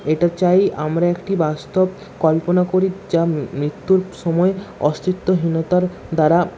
এটা চাই আমরা একটি বাস্তব কল্পনা করি যা মৃত্যুর সময় অস্তিত্বহীনতার দ্বারা